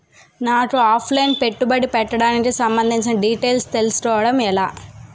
నాకు offline పెట్టుబడి పెట్టడానికి సంబందించిన డీటైల్స్ తెలుసుకోవడం ఎలా?